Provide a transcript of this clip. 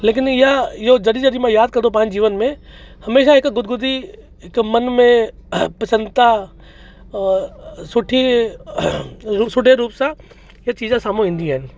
लेकिन इहा इहो जॾहिं जॾहिं मां यादि कंदो पंहिंजे जीवन में हमेशह हिकु गुदगुदी हिकु मन में प्रसन्न्ता सुठी सुठे रूप सां इहे चीजां साम्हूं ईंदियूं आहिनि